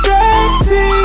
Sexy